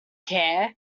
care